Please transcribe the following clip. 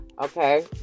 Okay